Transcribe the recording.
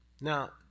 Now